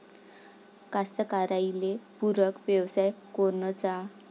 कास्तकाराइले पूरक व्यवसाय कोनचा?